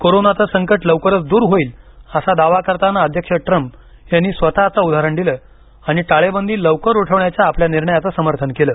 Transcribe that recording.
कोरोनाचं संकट लवकरच दूर होईल असा दावा करताना अध्यक्ष ट्रम्प यांनी स्वतचं उदाहरण दिलं आणि टाळेबंदी लवकर उठवण्याच्या आपल्या निर्णयाचं समर्थन केलं